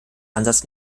ansatz